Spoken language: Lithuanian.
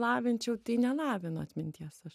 lavinčiau tai nelavinu atminties aš